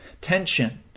tension